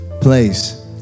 place